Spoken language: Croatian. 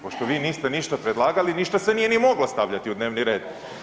Pošto vi ništa niste predlagali ništa se nije ni moglo stavljati u dnevni red.